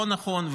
לא נכון,